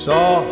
Saw